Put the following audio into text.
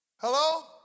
Hello